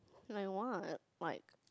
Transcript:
and I want like